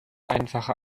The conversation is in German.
einfache